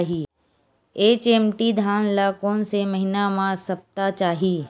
HMT धान ल कोन से महिना म सप्ता चाही?